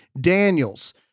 Daniels